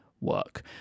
work